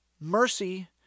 Mercy